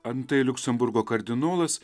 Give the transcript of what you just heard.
antai liuksemburgo kardinolas